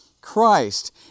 Christ